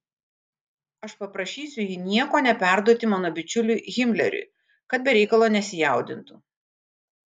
aš paprašysiu jį nieko neperduoti mano bičiuliui himleriui kad be reikalo nesijaudintų